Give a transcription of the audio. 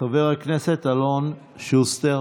חבר הכנסת אלון שוסטר,